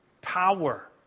power